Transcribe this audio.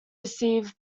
receive